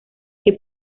que